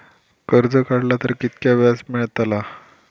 कर्ज काडला तर कीतक्या व्याज मेळतला?